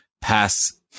pass